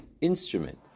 instrument